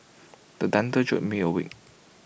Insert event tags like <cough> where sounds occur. <noise> the thunder jolt me awake